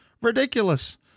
ridiculous